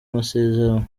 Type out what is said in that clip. amasezerano